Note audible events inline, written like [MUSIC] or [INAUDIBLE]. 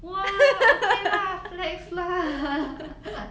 !wah! okay lah flex lah [NOISE]